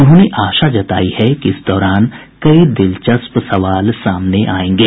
उन्होंने आशा जताई है कि इस दौरान कई दिलचस्प सवाल सामने आयेंगे